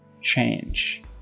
change